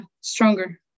stronger